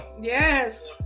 Yes